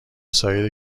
سایر